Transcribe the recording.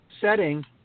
setting